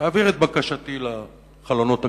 תעביר את בקשתי לחלונות הגבוהים.